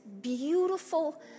beautiful